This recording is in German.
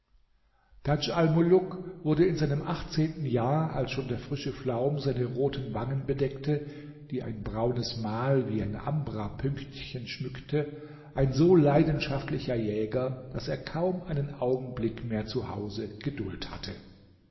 tadj almuluk wurde in seinem achtzehnten jahr als schon der frische flaum seine roten wangen bedeckte die ein braunes mal wie ein ambrapünktchen schmückte ein so leidenschaftlicher jäger daß er kaum einen augenblick mehr zu hause geduld hatte